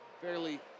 fairly